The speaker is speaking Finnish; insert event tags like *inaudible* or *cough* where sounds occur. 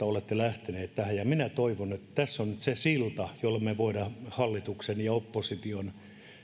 *unintelligible* olette lähteneet tähän ja minä toivon että tässä on nyt se silta jolla me voimme hallituksen ja opposition